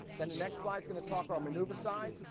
then the next slide's gonna talk our maneuver side.